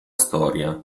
storia